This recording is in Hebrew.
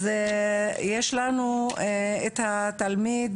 יש לנו את התלמיד